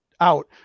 out